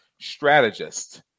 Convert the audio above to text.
strategist